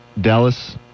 Dallas